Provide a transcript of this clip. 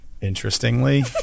Interestingly